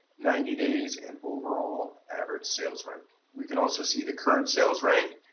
ninety days and overall average sales rank. we can also see the current sales rank,